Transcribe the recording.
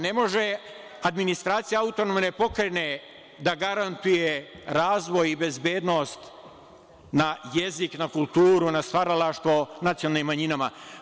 Ne može administracija AP da garantuje razvoj i bezbednost na jezik, na kulturu, na stvaralaštvo nacionalnim manjinama.